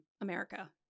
America